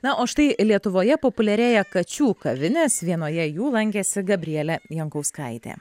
na o štai lietuvoje populiarėja kačių kavinės vienoje jų lankėsi gabrielė jankauskaitė